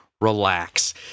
relax